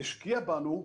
השקיעה בנו.